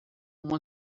uma